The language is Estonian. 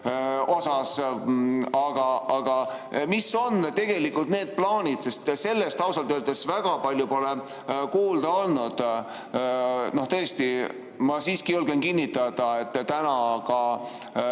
Aga mis on tegelikult need plaanid? Sest sellest ausalt öeldes väga palju pole kuulda olnud. Ma siiski julgen kinnitada, et ka